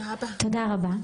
תודה רבה.